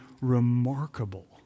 remarkable